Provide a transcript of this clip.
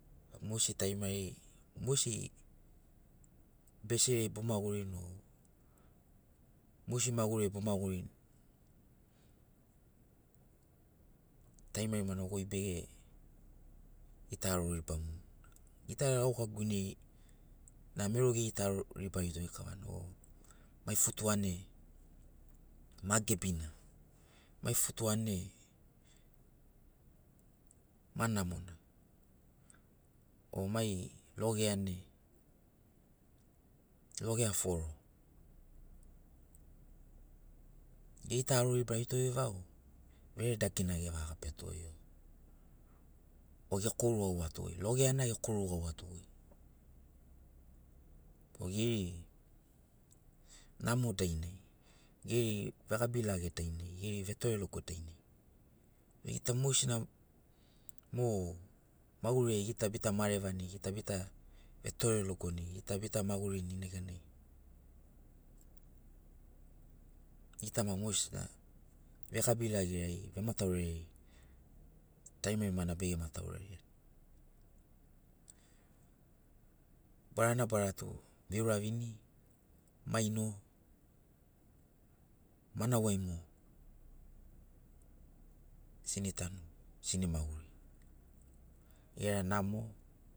Mogesiri tarimari mogesiri beseri ai omagurini o mogesi maguriri ai bo magurini tarimarimana goi bege gita aroribamuni. Gita gera gunerina mero ge gita aroribarito. goi kavana o mai futua ne ma gebina. mai futua ne ma namona o mai logea ne logea foro. Ge gita aroribarito goi vau vere dagina ge vaga gabiato goi o ge koru gauato goi logeana ge koru gauato goi o geri namo dainai. geri vegabi lage dainai. geri vetore logo dainai be gita mogesina mo maguriai gita bita marevani gita bita vetore logoni. gita bita magurini neganai gita maki mogesina vegabi lageai vemataurai ai tarimarima na bege matauraiani. Barana bara tu viuravini. maino manau ai mogo tana tanu tana. maguri gera namo